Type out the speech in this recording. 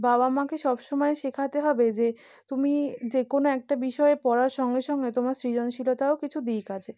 বাবা মাকে সব সমায় শেখাতে হবে যে তুমি যে কোনো একটা বিষয়ে পড়ার সঙ্গে সঙ্গে তোমার সৃজনশীলতাও কিছু দিক আছে